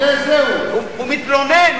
הוא מתלונן,